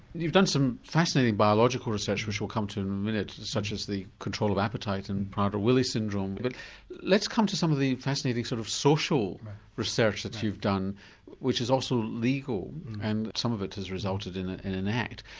you've done some fascinating biological research which we'll come to in a minute such as the control of appetite and the prader-willi syndrome but let's come to some of the fascinating sort of social research that you've done which is also legal and some of it has resulted in ah in an act.